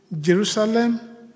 Jerusalem